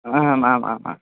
आह आम् आम् आम्